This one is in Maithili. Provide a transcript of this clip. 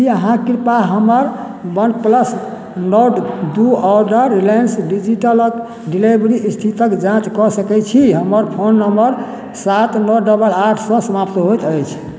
की अहाँ कृपया हमर वनप्लस नोट दू ऑर्डर रिलायंस डिजिटलक डिलेवरी स्थितिकेँ जाँच कऽ सकय छी हमर फोन नंबर सात नओ डबल आठसँ समाप्त होइत अछि